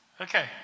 Okay